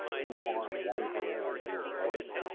you harm one hair on his head,